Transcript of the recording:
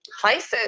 places